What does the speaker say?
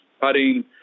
putting